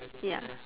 ya